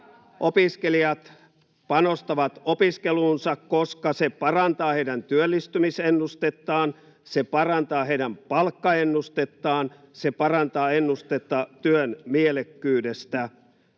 opiskelijat panostavat opiskeluunsa, koska se parantaa heidän työllistymisennustettaan, se parantaa heidän palkkaennustettaan, se parantaa ennustetta työn mielekkyydestä. Suomessa